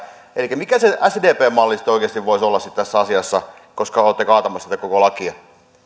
elikkä mikä se sdpn malli sitten oikeasti voisi olla tässä asiassa koska olette kaatamassa tätä koko lakia en minä oikein